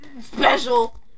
special